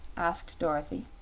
asked dorothy.